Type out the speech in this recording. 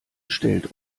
stellt